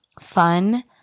fun